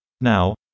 Now